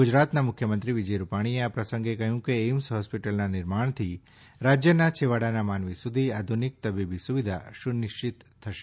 ગુજરાતના મુખ્યમંત્રી વિજય રૂપાણીએ આ પ્રસંગે કહ્યું કે એઇમ્સ હોસ્પિટલના નિર્માણથી રાજ્યના છેવાડાના માનવી સુધી આધુનિક તબીબી સુવિધા સુનિશ્ચિત થશે